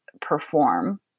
perform